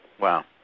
Wow